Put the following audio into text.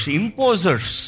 imposers